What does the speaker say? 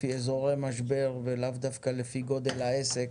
לפי אזורי משבר ולאו דווקא לפי גודל העסק.